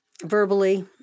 verbally